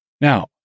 Now